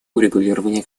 урегулирования